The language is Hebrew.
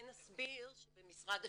כרגע מדור שיא לא נכלל תחת המעטפת של